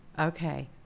Okay